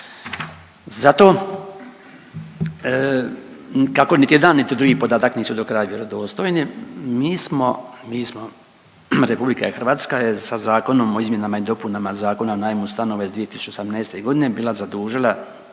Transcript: Zato kako niti jedan, niti drugi podatak nisu do kraja vjerodostojni mi smo, Republika Hrvatska je sa Zakonom o izmjenama i dopunama Zakona o najmu stanova iz 2018. godine bila zadužila